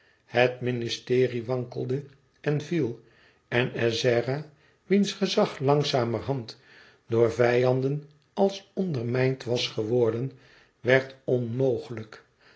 het ministerie wankelde en viel en ezzera wiens gezag langzamerhand door vijanden als ondermijnd was geworden werd onmogelijk